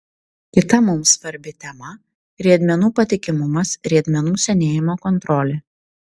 kita mums svarbi tema riedmenų patikimumas riedmenų senėjimo kontrolė